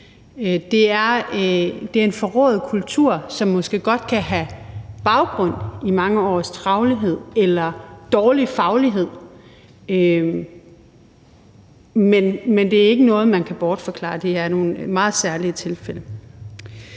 Det er en forrået kultur, som måske godt kan have baggrund i mange års travlhed eller dårlig faglighed, men det er ikke noget, man kan bortforklare. Det er nogle meget særlige tilfælde.